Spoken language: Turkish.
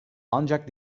ancak